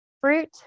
Fruit